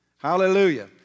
Hallelujah